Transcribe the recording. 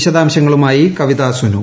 വിശദാംശങ്ങളുമായി കീലിതാ സുനു